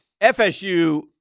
FSU